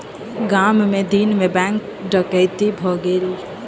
गाम मे दिन मे बैंक डकैती भ गेलै